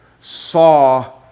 saw